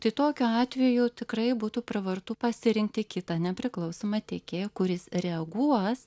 tai tokiu atveju tikrai būtų pravartu pasirinkti kitą nepriklausomą tiekėją kuris reaguos